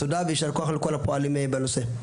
תודה ויישר כוח לכל הפועלים בנושא.